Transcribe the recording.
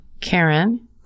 karen